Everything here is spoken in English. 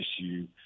issue